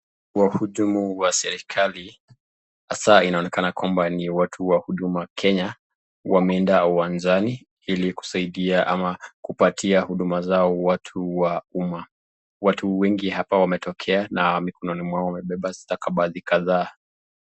Wahudumu wa serikali, hasaa inaonekana kwamba ni watu wa huduma kenya wameenda uwanjani, ili kusaidia ama kupatia huduma zao watu wa umma. Watu wengi hapa wametokea na mikononi mwao wamebeba stakabadhi kadhaa.